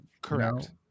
Correct